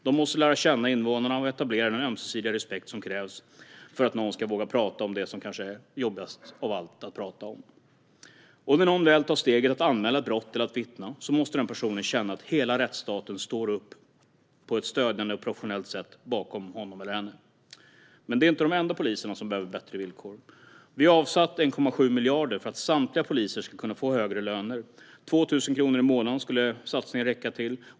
De måste lära känna invånarna och etablera den ömsesidiga respekt som krävs för att någon ska våga prata om det som kanske är jobbigast av allt att prata om. Och när någon väl tar steget att anmäla ett brott eller vittna måste den personen känna att hela rättsstaten står upp bakom honom eller henne på ett stödjande och professionellt sätt. Områdespoliserna är dock inte de enda poliserna som behöver bättre villkor. Vi har avsatt 1,7 miljarder för att samtliga poliser ska kunna få högre löner. 2 000 kronor mer i månaden skulle satsningen räcka till.